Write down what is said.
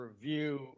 review